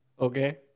Okay